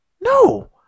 no